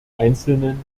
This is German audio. einzelnen